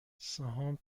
سهام